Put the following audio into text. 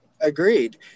agreed